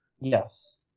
Yes